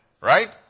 Right